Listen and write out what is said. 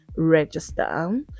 register